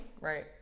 right